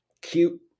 cute